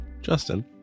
Justin